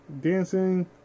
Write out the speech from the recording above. dancing